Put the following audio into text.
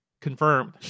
Confirmed